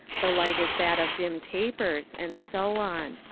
the light is that of dim tapers. and so on.